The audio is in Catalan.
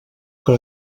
que